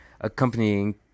accompanying